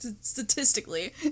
statistically